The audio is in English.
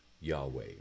Yahweh